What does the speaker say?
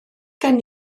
gen